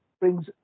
brings